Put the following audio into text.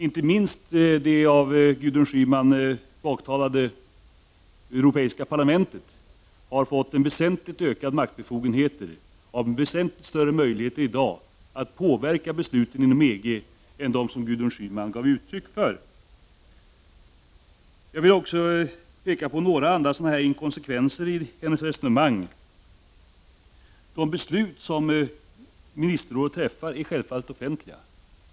Inte minst har det av Gudrun Schyman baktalade europeiska parlamentet fått väsentligt ökade maktbefogenheter och väsentligt större möjligheter att påverka besluten inom EG än de Gudrun Schyman gav uttryck för. Jag vill också peka på några andra inkonsekvenser i Gudrun Schymans resonemang. De beslut som Ministerrådet fattar är självfallet offentliga.